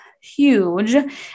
huge